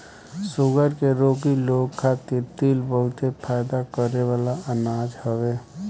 sugar के रोगी लोग खातिर तिल बहुते फायदा करेवाला अनाज हवे